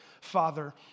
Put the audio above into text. Father